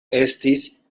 estis